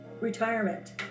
retirement